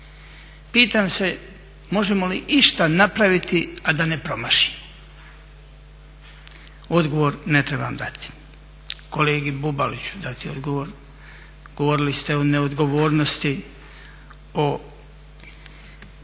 Pitam se možemo li išta napraviti a da ne promašimo. Odgovor ne trebam dati. Kolegi Bubalu ću dati odgovor. Govorili ste o neodgovornosti, o ovlastima